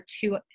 two